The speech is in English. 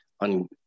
on